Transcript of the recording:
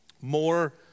more